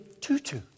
Tutu